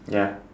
ya